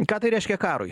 ką tai reiškia karui